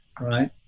right